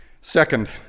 Second